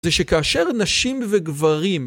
זה שכאשר נשים וגברים